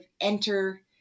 enter